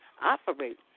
operate